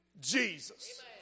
Jesus